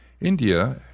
India